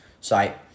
site